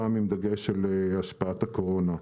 הפעם בדגש על השפעת הקורונה.